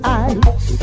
eyes